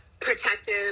protective